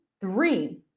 three